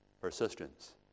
persistence